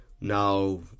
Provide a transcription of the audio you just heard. now